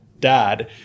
dad